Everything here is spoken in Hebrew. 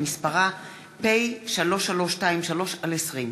שמספרה פ/3323/20.